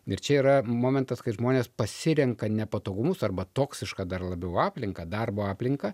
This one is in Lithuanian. ir čia yra momentas kai žmonės pasirenka nepatogumus arba toksišką dar labiau aplinką darbo aplinką